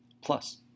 Plus